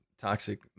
Toxic